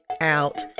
out